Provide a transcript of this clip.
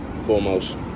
foremost